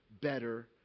better